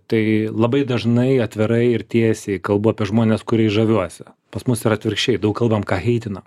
tai labai dažnai atvirai ir tiesiai kalbu apie žmones kuriais žaviuosi pas mus yra atvirkščiai daug kalbam ką heitinam